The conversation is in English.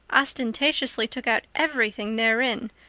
ostentatiously took out everything therein,